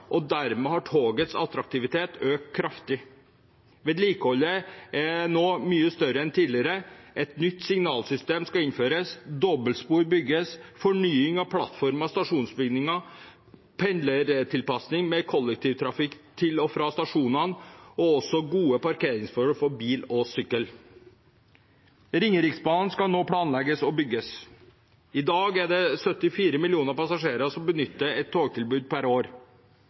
og dermed har togets attraktivitet økt kraftig. Vedlikeholdet er nå mye større enn tidligere, et nytt signalsystem skal innføres, dobbeltspor bygges, det er fornying av plattformer og stasjonsbygninger og pendlertilpasning med kollektivtrafikk til og fra stasjonene og også gode parkeringsforhold for bil og sykkel. Ringeriksbanen skal nå planlegges og bygges. I dag er det 74 millioner passasjerer som benytter et togtilbud per år,